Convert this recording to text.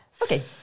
Okay